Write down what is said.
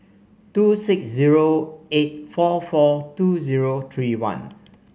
two six zero eight four four two zero three one